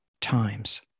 times